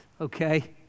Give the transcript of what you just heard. okay